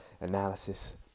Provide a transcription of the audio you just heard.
analysis